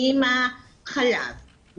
כם החלב.